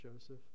Joseph